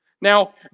Now